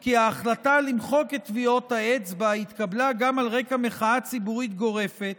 כי ההחלטה למחוק את טביעות האצבע התקבלה גם על רקע מחאה ציבורית גורפת